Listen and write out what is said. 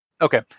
okay